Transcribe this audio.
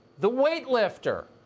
the weight lifter,